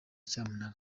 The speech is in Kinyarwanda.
cyamunara